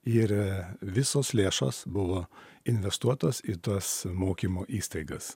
ir visos lėšos buvo investuotos į tas mokymo įstaigas